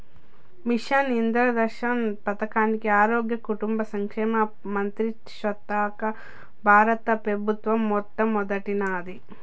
machine Indradhanush పదకాన్ని ఆరోగ్య, కుటుంబ సంక్షేమ మంత్రిత్వశాక బారత పెబుత్వం మొదలెట్టినాది